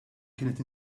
kienet